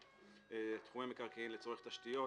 תיאומי מקרקעין לצורך תשתיות